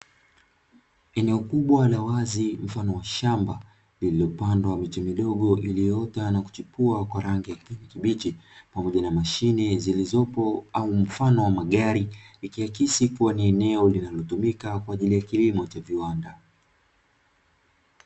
Eneo kubwa la wazi mfano wa shamba lililopandwa miche midogo iliyoota na kuchipua kwa rangi ya kijani kibichi, pamoja na mashine zilizopo au mfano wa magari, ikiakisi kuwa ni eneo linalotumika kwa ajili ya kilimo cha viwanda.